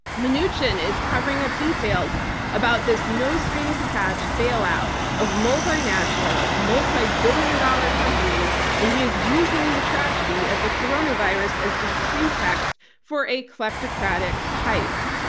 mnuchin is covering up details about this no-strings-attached bailout of multinational, multi-billion dollar companies, and he is using the tragedy of the coronavirus as the pretext for a kleptocratic heist.